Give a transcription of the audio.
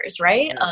right